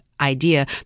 Idea